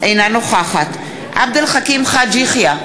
אינה נוכחת עבד אל חכים חאג' יחיא,